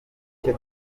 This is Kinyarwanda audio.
icyo